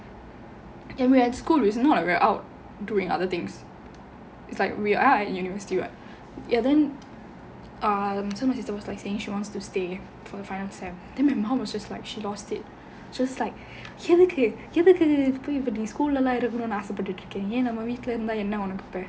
and we are at school is not we are out doing other things it's like we are at university [what] ya then err and so my sister was like saying she wants to stay for her final semester and then my mom was just like she lost it she just like எதுக்கு எதுக்கு இப்போ இப்போ நீ:edukku edukku ippo ippo nee school லேயே இருக்கனும்னு ஆசை பட்டுட்டு இருக்க ஏன் நம்ம வீட்டுலயே இருந்தா என்ன உனக்கு இப்ப:layae irukkanumnu aasai pattuttu irukka yaen namma veetulayae iruntha enna unakku ippa